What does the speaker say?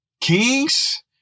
Kings